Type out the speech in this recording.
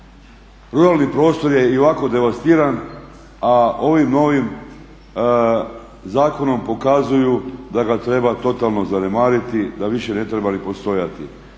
Ruralni prostor je i ovako devastiran, a ovim novim zakonom pokazuju da ga treba totalno zanemariti, da više ne treba ni postojati.